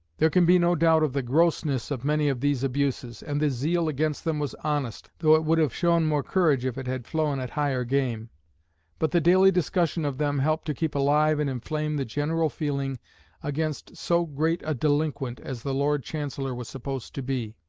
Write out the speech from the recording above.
there can be no doubt of the grossness of many of these abuses, and the zeal against them was honest, though it would have shown more courage if it had flown at higher game but the daily discussion of them helped to keep alive and inflame the general feeling against so great a delinquent as the lord chancellor was supposed to be.